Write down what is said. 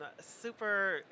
super